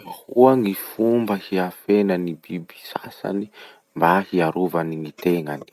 Ahoa gny fomba hiafenan'ny biby sasany mba hiarovany gny tenany?